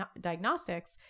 diagnostics